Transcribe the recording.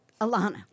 Alana